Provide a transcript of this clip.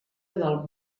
del